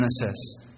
Genesis